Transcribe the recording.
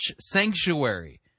sanctuary